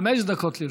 חמש דקות לרשותך.